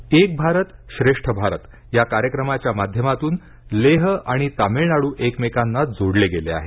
लेह एक भारत श्रेष्ठ भारत या कार्यक्रमाच्या माध्यमातून लेह आणि तामिळनाडू एकमेकांना जोडले गेले आहेत